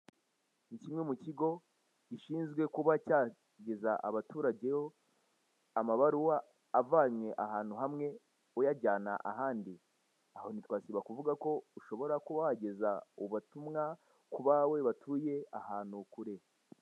Ni kimwe mu kigo gishinzwe kuba cyageza abaturage amabaruwa avanye ahantu hamwe ayajyanye ahandi, aho ntitwasiba kuvuga ko ushobora kuba wageza ubutumwa ku bawe batuye ahantu kure.